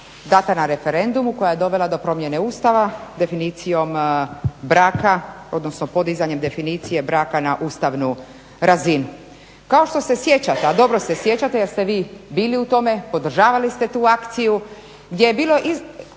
dana na referendumu koja je dovela do promjene Ustava definicijom braka odnosno podizanjem definicije braka na Ustavnu razinu. Kao što se sjećate a dobro se sjećate jer ste vi bili u tome, podržavali ste tu akciju gdje je bilo